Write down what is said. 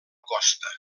costa